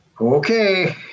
Okay